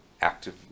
active